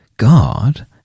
God